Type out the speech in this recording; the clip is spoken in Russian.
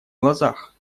глазах